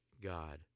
God